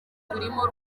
turimo